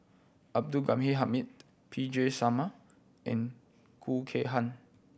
Abdul Gami Hamid P J Sharma and Khoo Kay Hian